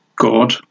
God